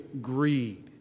greed